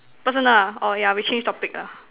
personal ah orh yeah we change topic ah